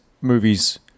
movies